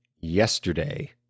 yesterday